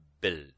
build